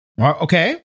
okay